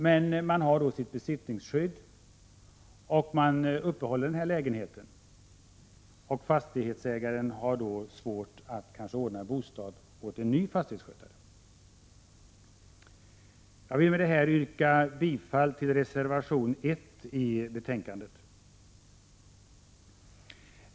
Men man har besittningsskydd och uppehåller lägenheten, varför fastighetsägaren kan ha svårt att ordna bostad åt en ny fastighetsskötare. Jag vill med detta yrka bifall till reservation 1 i betänkandet.